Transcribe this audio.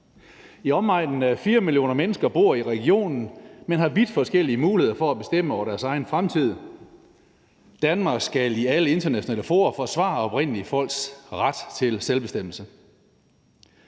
I omegnen af 4 millioner mennesker bor i regionen, men har vidt forskellige muligheder for at bestemme over deres egen fremtid. Danmark skal i alle internationale fora forsvare oprindelige folks ret til selvbestemmelse.